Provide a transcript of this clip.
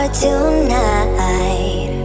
tonight